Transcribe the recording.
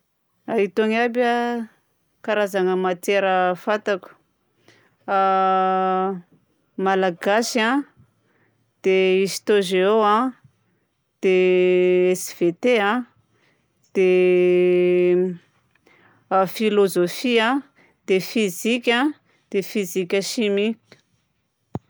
Itony aby a karazagna matières fantako: malagasy a, dia histo-géo a, dia SVT a, dia filôzôfia, dia fizika, dia fizika-chimie.